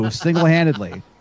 single-handedly